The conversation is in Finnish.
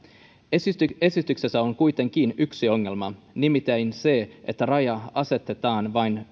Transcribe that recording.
esityksessä esityksessä on kuitenkin yksi ongelma nimittäin se että raja asetetaan vain